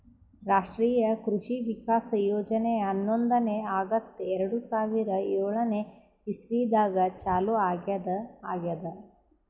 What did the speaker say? ರಾಷ್ಟ್ರೀಯ ಕೃಷಿ ವಿಕಾಸ್ ಯೋಜನೆ ಹನ್ನೊಂದನೇ ಆಗಸ್ಟ್ ಎರಡು ಸಾವಿರಾ ಏಳನೆ ಇಸ್ವಿದಾಗ ಚಾಲೂ ಆಗ್ಯಾದ ಆಗ್ಯದ್